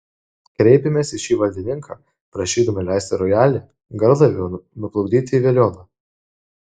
kreipėmės į šį valdininką prašydami leisti rojalį garlaiviu nuplukdyti į veliuoną